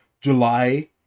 July